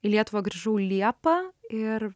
į lietuvą grįžau liepą ir